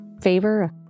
favor